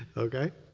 okay.